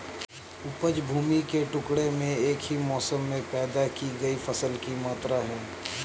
उपज भूमि के टुकड़े में एक ही मौसम में पैदा की गई फसल की मात्रा है